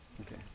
Okay